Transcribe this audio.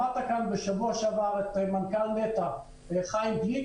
שמעת כאן בשבוע שעבר את מנכ"ל נת"ע חיים גליק,